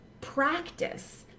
practice